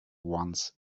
once